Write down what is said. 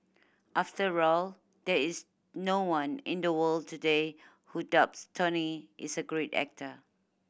after all there is no one in the world today who doubts Tony is a great actor